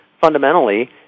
fundamentally